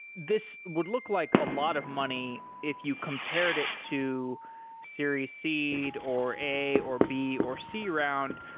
this would look like a lot of money if you compared it to series seed, or a, or b or c round,